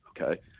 okay